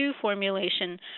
formulation